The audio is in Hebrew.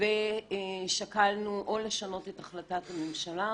והספורט ושקלנו או לשנות את החלטת הממשלה